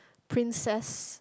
princess